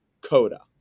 Coda